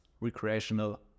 recreational